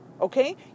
Okay